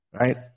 Right